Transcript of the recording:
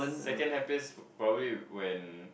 second happiest probably when